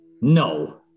No